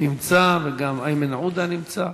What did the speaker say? נמצא, וגם איימן עודה נמצא.